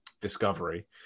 Discovery